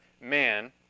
man